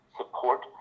support